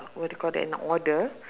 what do you called nak order